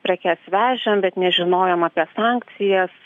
prekes vežėm bet nežinojom apie sankcijas